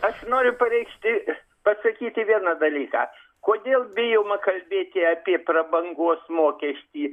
aš noriu pareikšti ir pasakyti vieną dalyką kodėl bijoma kalbėti apie prabangos mokestį